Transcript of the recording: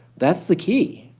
that's the key.